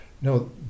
no